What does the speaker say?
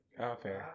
okay